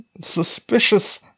suspicious